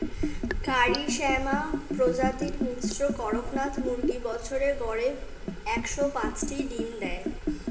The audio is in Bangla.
কারি শ্যামা প্রজাতির মিশ্র কড়কনাথ মুরগী বছরে গড়ে একশ পাঁচটি ডিম দেয়